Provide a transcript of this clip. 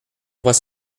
trois